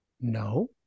No